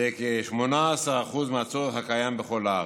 זה כ-18% מהצורך הקיים בכל הארץ,